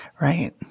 Right